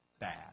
Bad